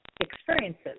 experiences